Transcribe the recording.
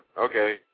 okay